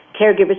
caregivers